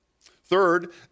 Third